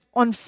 on